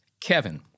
Kevin